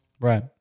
right